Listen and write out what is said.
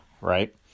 right